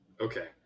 Okay